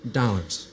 dollars